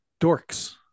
Dorks